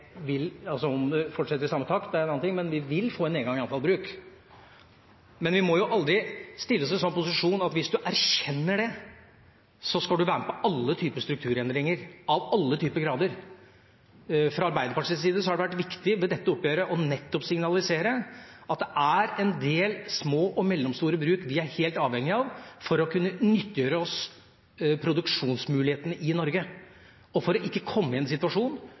vil få en nedgang i antall bruk. Likevel må vi aldri stille oss i en slik posisjon at, hvis man erkjenner det, da skal man være med på alle typer strukturendringer, av alle typer grader. Fra Arbeiderpartiets side har det vært viktig ved dette oppgjøret nettopp å signalisere at det er en del små og mellomstore bruk vi er helt avhengige av for å kunne nyttiggjøre oss produksjonsmulighetene i Norge, og for ikke å komme i en situasjon